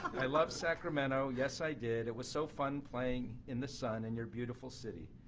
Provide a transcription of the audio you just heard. i love sacramento. yes i did. it was so fun playing in the sun and your beautiful city.